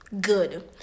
good